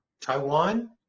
Taiwan